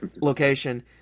location